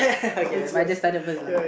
okay I just started first lah